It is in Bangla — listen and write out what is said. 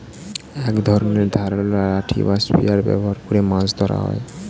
এক ধরনের ধারালো লাঠি বা স্পিয়ার ব্যবহার করে মাছ ধরা হয়